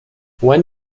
when